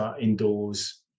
indoors